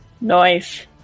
Nice